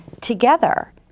together